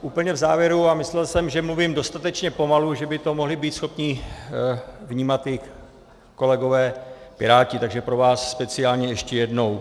Úplně v závěru, a myslel jsem, že mluvím dostatečně pomalu, že by to mohli být schopni vnímat i kolegové Piráti, takže pro vás speciálně ještě jednou.